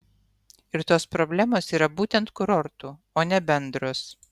ir tos problemos yra būtent kurortų o ne bendros